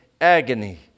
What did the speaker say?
agony